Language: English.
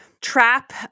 trap